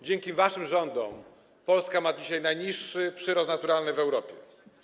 Dzięki waszym rządom Polska ma dzisiaj najniższy przyrost naturalny w Europie.